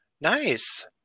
Nice